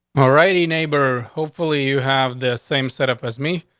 alrighty, neighbor. hopefully you have the same set up as me.